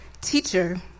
Teacher